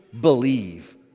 believe